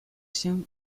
się